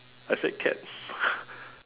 I said cats